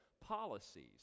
policies